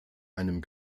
einem